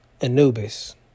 Anubis